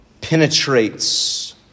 penetrates